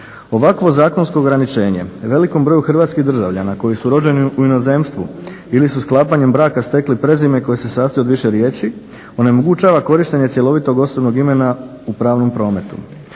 Ovakvo zakonsko ograničenje velikom broju hrvatskih državljana koji su rođeni u inozemstvu ili su sklapanjem braka stekli prezime koje se sastoji od više riječi onemogućava korištenje cjelovitog osobnog imena u pravnom prometu.